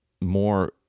more